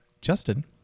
Justin